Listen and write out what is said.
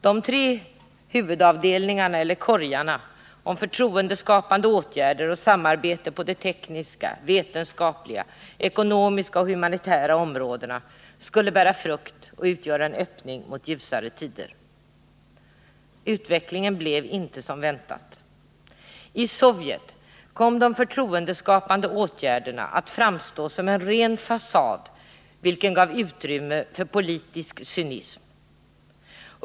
De tre huvudavdelningarna, eller ”korgarna”, för förtroendeskapande åtgärder och samarbete på de tekniska, vetenskapliga, ekonomiska och humanitära områdena skulle bära frukt och utgöra en öppning mot ljusare tider. Utvecklingen blev inte som man väntat. I Sovjet kom de förtroendeskapande åtgärderna att framstå som en ren fasad, vilken gav utrymme för politisk cynism.